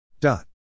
Dot